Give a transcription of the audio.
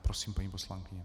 Prosím, paní poslankyně.